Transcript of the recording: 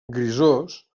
grisós